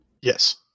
Yes